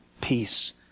peace